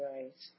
Right